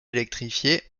électrifiée